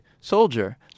soldier